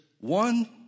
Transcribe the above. one